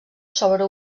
sobre